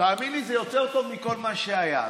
תאמין לי, זה יותר טוב מכל מה שהיה.